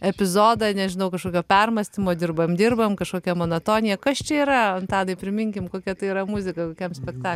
epizodą nežinau kažkokio permąstymo dirbam dirbam kažkokia monotonija kas čia yra antanai priminkim kokia tai yra muzika kokiam spektakliui